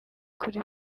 kuri